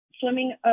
swimming